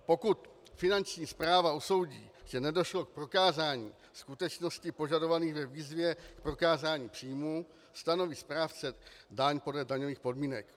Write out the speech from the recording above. Pokud finanční správa usoudí, že nedošlo k prokázání skutečností požadovaných ve výzvě k prokázání příjmů, stanoví správce daň podle daňových podmínek.